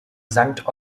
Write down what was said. sankt